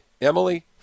Emily